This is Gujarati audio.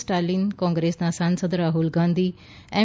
સ્ટાલિન કોંગ્રેસના સાંસદ રાહ્લ ગાંધી એમ